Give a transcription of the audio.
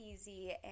easy